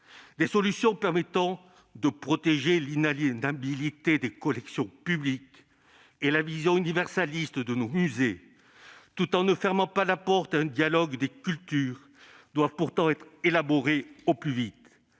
Des solutions permettant de protéger l'inaliénabilité des collections publiques et la vision universaliste de nos musées, tout en ne fermant pas la porte à un dialogue des cultures, doivent pourtant être trouvées au plus vite,